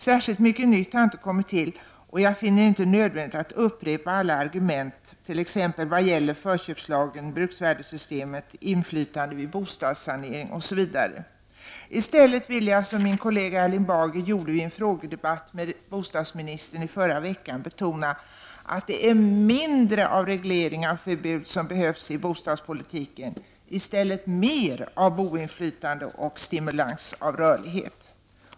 Särskilt mycket nytt har inte kommit till, och jag finner det inte nödvändigt att upprepa alla argument, t.ex. vad gäller förköpslagen, bruksvärdessystemet, inflytandet vid bostadssanering osv. I stället vill jag, som min kollega Erling Bager gjorde vid en frågedebatt med bostadsministern i förra veckan, betona att det är mindre av regleringar och förbud som behövs i bostadspolitiken och mer av boinflytande och stimulans av rörlighet.